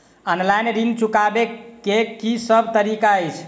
Online ऋण चुकाबै केँ की सब तरीका अछि?